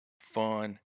fun